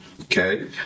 okay